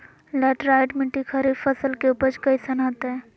Laterite मिट्टी खरीफ फसल के उपज कईसन हतय?